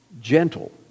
gentle